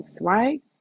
right